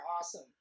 awesome